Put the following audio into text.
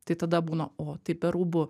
tai tada būna o tai be rūbų